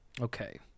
Okay